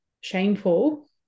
shameful